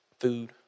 Food